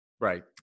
Right